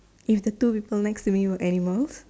if the two people next to me were animals